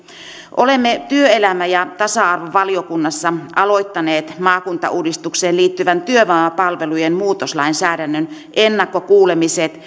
olemme työelämä ja tasa arvovaliokunnassa aloittaneet maakuntauudistukseen liittyvän työvoimapalvelujen muutoslainsäädännön ennakkokuulemiset